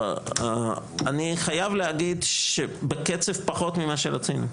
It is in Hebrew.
אני חייב להגיד שבקצב פחות ממה שרצינו.